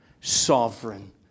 sovereign